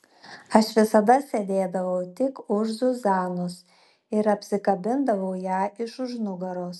aš visada sėdėdavau tik už zuzanos ir apsikabindavau ją iš už nugaros